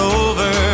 over